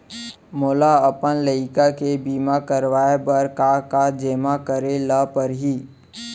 मोला अपन लइका के बीमा करवाए बर का का जेमा करे ल परही?